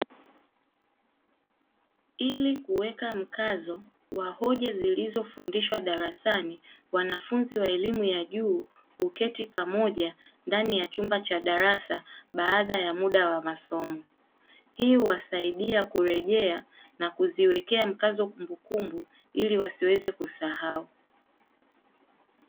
Ili kuweka mkazo wa hoja zilizofundishwa darasani, wanafunzi wa elimu ya juu huketi pamoja ndani ya chumba cha darasa baada ya muda wa masomo. Hii huwasaidia kurejea na kuziwekea mkazo kumbukumbu ili wasiweze kusahau.